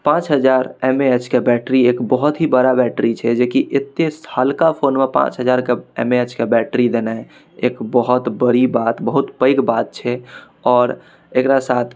पाँच हजार M A H के बैटरी एक बहुत ही बड़ा बैटरी छै जे कि एतेक हल्का फोनमे पाँच हजारके एम ए एच के बैटरी देनाइ एक बहुत बड़ी बात बहुत पैघ बात छै आओर एकरा साथ